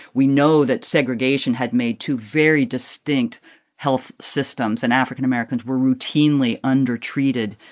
we know that segregation had made two very distinct health systems, and african americans were routinely undertreated.